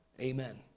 Amen